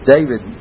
David